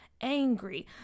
angry